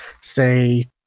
say